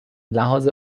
لحاظ